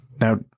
Now